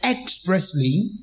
expressly